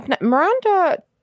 Miranda